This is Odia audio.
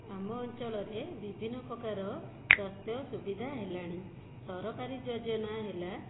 ଆମ ଅଞ୍ଚଳରେ ବିଭିନ୍ନ ପ୍ରକାର ସ୍ଵାସ୍ଥ୍ୟ ସୁବିଧା ହେଲାଣି ସରକାରୀ ଯୋଜନା ହେଲା